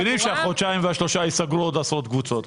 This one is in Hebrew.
אתם מבינים שבחודשיים-שלושה ייסגרו עוד עשרות קבוצות.